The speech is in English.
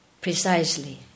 precisely